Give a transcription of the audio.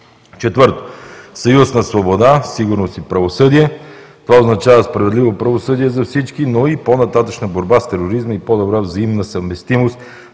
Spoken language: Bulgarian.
Четвърто, съюз на свобода, сигурност и правосъдие. Това означава справедливо правосъдие за всички, но и по-нататъшна борба с тероризма и по-добра взаимна съвместимост